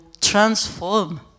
transform